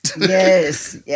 Yes